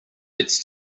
it’s